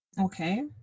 Okay